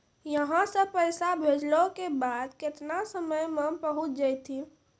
यहां सा पैसा भेजलो के बाद केतना समय मे पहुंच जैतीन?